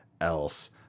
else